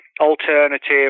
alternative